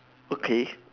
okay